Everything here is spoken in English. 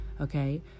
Okay